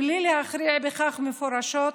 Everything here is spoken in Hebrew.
בלי להכריע בכך מפורשות,